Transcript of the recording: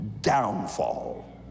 downfall